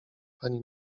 pani